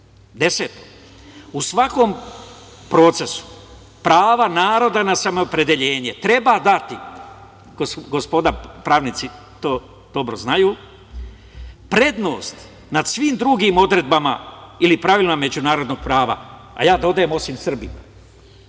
moru. Deseto – u svakom procesu prava naroda na samoopredeljenje treba dati, gospoda pravnici to dobro znaju, prednost nad svim drugim odredbama ili pravima međunarodnog prava, a ja dodajem osim Srbima.